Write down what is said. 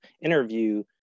interview